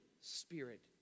Spirit